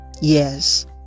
Yes